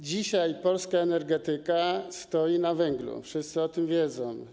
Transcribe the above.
Dzisiaj polska energetyka jest oparta na węglu, wszyscy o tym wiedzą.